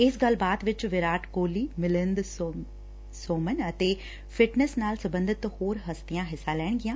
ਇਸ ਗੱਲਬਾਤ ਵਿਚ ਵਿਰਾਟ ਕੋਹਲੀ ਮਿਲੀਦ ਸੋਮਨ ਅਤੇ ਫਿਟਨੈਸ ਨਾਲ ਸਬੰਧਤ ਹੋਰ ਹਸਤੀਆਂ ਹਿੱਸਾ ਲੈਣਗੀਆਂ